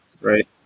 Right